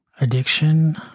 addiction